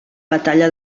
batalla